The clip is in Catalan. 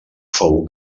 fou